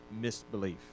misbelief